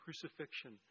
crucifixion